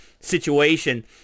Situation